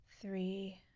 three